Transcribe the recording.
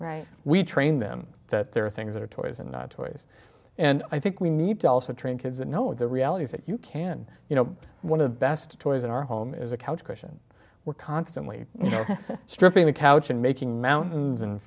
right we train them that there are things that are toys and toys and i think we need to also train kids and know the realities that you can you know one of the best toys in our home is a couch cushion we're constantly stripping the couch and making mountains and